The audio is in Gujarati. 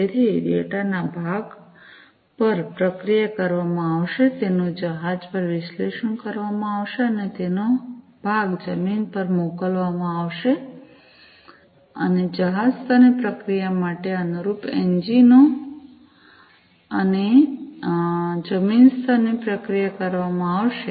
તેથી ડેટાના ભાગ પર પ્રક્રિયા કરવામાં આવશે તેનું જહાજ પર વિશ્લેષણ કરવામાં આવશે અને તેનો ભાગ જમીન પર મોકલવામાં આવશે અને જહાજ સ્તરની પ્રક્રિયા માટે અનુરૂપ એન્જિનો અને જમીન સ્તરની પ્રક્રિયા કરવામાં આવશે